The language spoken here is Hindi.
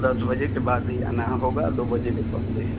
दस बजे के बाद ही आना होगा दो बजे के पहले